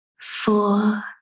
four